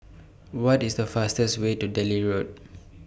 What IS The fastest Way to Delhi Road